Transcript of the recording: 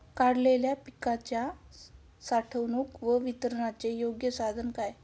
काढलेल्या पिकाच्या साठवणूक व वितरणाचे योग्य साधन काय?